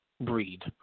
breed